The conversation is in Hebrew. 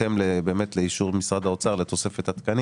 בהתאם לאישור משרד האוצר לתוספת התקנים